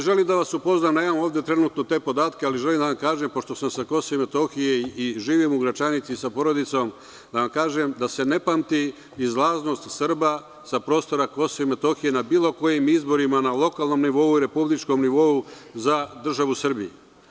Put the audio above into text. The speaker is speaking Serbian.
Želim da vas upoznam, nemam trenutno ovde te podatke, ali želim da vam kažem, pošto sam sa Kosova i Metohije i živim u Gračanici sa porodicom, da se ne pamti izlaznost Srba sa prostora Kosova i Metohije na bilo kojim izborima, na lokalnom nivou ili republičkom nivou, za državu Srbiju.